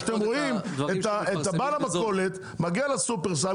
אתם רואים את בעל המכולת מגיע לשופרסל,